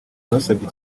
basabye